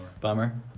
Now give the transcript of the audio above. Bummer